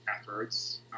efforts